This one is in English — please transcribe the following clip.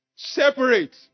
Separate